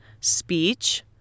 speech